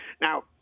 Now